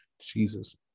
Jesus